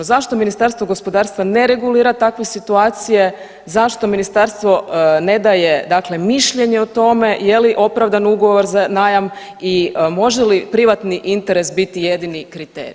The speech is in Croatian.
Zašto Ministarstvo gospodarstva ne regulira takve situacije, zašto ministarstvo ne daje dakle mišljenje o tome je li opravdan ugovor za najam i može li privatni interes biti jedini kriterij?